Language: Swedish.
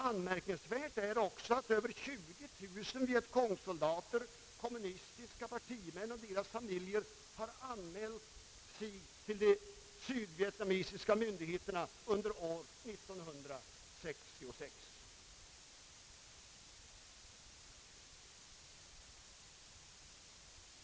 Anmärkningsvärt är också att över 20000 vietcongsoldater, kommunistiska partimän och dessas familjer har anmält sig till de sydvietnamesiska myndigheterna under år 1966.